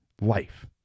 life